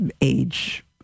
age